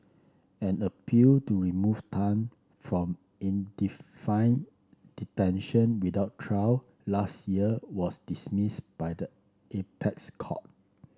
an appeal to remove Tan from detention without trial last year was dismissed by the apex court